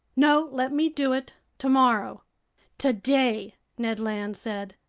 no, let me do it. tomorrow today, ned land said.